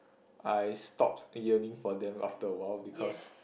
I stopped yearning for them after a while because